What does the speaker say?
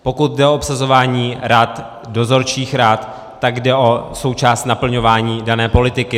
Pokud jde o obsazování rad, dozorčích rad, tak jde o součást naplňování dané politiky.